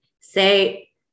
Say